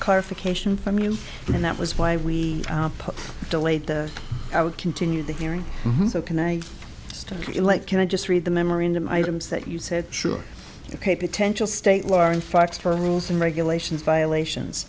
clarification from you and that was why we delayed the i would continue the hearing so can i just like can i just read the memorandum items that you said sure ok potential state law are in fact for rules and regulations violations